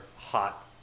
Hot